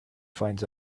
finds